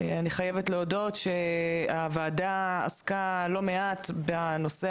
אני חייבת להודות שהוועדה עסקה לא מעט בנושא